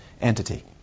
entity